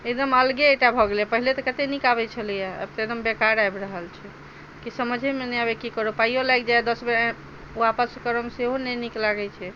एकदम अलगे एकटा भऽ गेलै है पहले तऽ कत्ते नीक आबै छलै है आब तऽ एकदम बेकार आबि रहल छै किछु समझैमे नहि अबैया की करू पाइयो लागि जाइया दस बेर वापस करैमे सेहो नहि नीक लागै छै